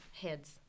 heads